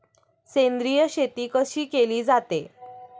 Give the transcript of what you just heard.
सेंद्रिय शेती कशी केली जाते?